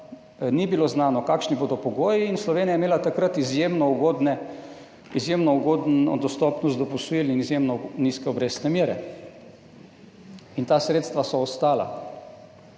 ni bilo znano, kakšni bodo pogoji in Slovenija je imela takrat izjemno ugodno dostopnost do posojil in izjemno nizke obrestne mere. Ta sredstva so ostala